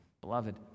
beloved